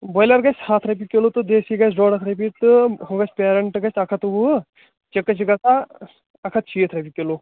broiler گَژھہِ ہَتھ رۄپیہِ کِلوٗ تہٕ دیسی گَژھہِ ڈۄڈ ہَتھ رۄپیہِ تہٕ ہُہ گَژھہِ پیرنٛٹہٕ گَژھہِ اَکھ ہَتھ تہٕ وُہ چِکٕز چھِ گَژھان اَکھ ہَتھ تہٕ شیٖتھ رۄپیہِ کِلوٗ